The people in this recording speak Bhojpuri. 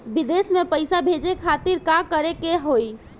विदेश मे पैसा भेजे खातिर का करे के होयी?